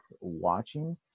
watching